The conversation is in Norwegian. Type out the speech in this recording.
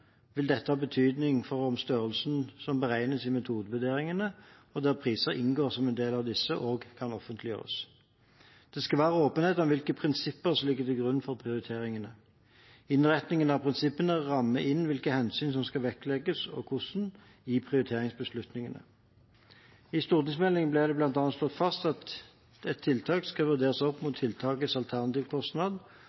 vil dette ha betydning for om størrelser som beregnes i metodevurderingene, og der priser inngår som en del av disse, også kan offentliggjøres. Det skal være åpenhet om hvilke prinsipper som ligger til grunn for prioriteringene. Innretningen av prinsippene rammer inn hvilke hensyn som skal vektlegges i prioriteringsbeslutningene, og hvordan. I stortingsmeldingen ble det bl.a. slått fast at et tiltak skal vurderes opp